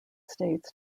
states